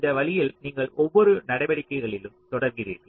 இந்த வழியில் நீங்கள் ஒவ்வொரு நடவடிக்கைகளிலும் தொடர்கிறீர்கள்